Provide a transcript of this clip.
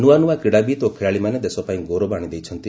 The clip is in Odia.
ନ୍ତଆ ନୂଆ କ୍ରିଡ଼ାବିତ୍ ଓ ଖେଳାଳିମାନେ ଦେଶପାଇଁ ଗୌରବ ଆଣିଦେଇଛନ୍ତି